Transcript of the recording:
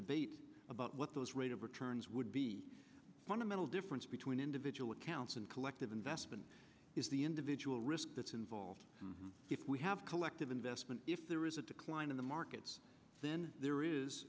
debate about what those rate of returns would be a fundamental difference between individual accounts and collective investment is the individual risk that's involved if we have collective investment if there is a decline in the markets then there is